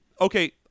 okay